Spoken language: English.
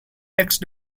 next